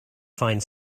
find